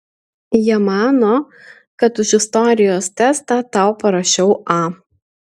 jie mano kad už istorijos testą tau parašiau a